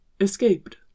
Escaped